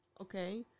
okay